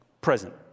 present